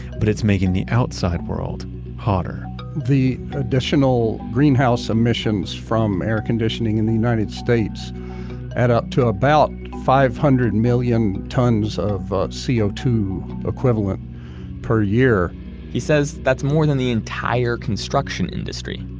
but it's making the outside world hotter the additional greenhouse emissions from air conditioning in the united states add up to about five hundred million tons of c o two equivalent per year he says that's more than the entire construction industry,